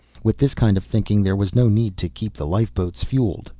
with this kind of thinking, there was no need to keep the lifeboats fueled.